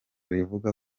rivuga